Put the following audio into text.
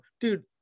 Dude